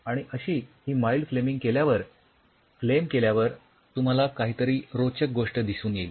आणि अशी ही माईल्ड फ्लेमिंग केल्यावर फ्लेम केल्यावर तुम्हाला काहीतरी रोचक गोष्ट दिसून येईल